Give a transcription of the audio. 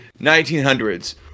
1900s